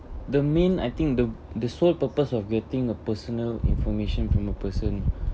the main I think the the sole purpose of getting a personal information from a person